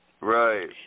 Right